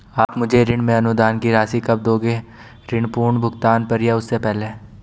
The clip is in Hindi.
आप मुझे ऋण में अनुदान की राशि कब दोगे ऋण पूर्ण भुगतान पर या उससे पहले?